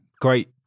great